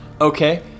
Okay